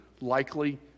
likely